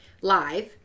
Live